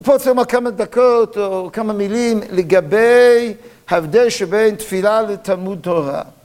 פה צריכים לומר כמה דקות, או כמה מילים, לגבי ההבדל שבין תפילה לתלמוד תורה.